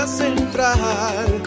central